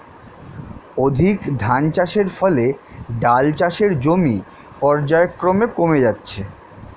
অধিক ধানচাষের ফলে ডাল চাষের জমি পর্যায়ক্রমে কমে যাচ্ছে